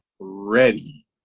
ready